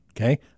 Okay